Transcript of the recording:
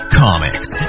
comics